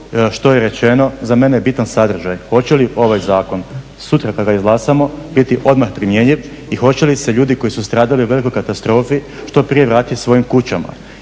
što je rečeno, za mene je bitan sadržaj. Hoće li ovaj zakon sutra kada ga izglasamo biti odmah primjenjiv i hoće li se ljudi koji su stradali u velikoj katastrofi što prije vratiti svojim kućama.